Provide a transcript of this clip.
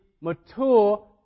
mature